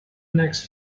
next